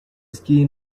esquí